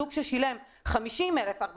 זוג ששילם 50,000-45,000,